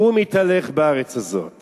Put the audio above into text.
קום התהלך בארץ הזאת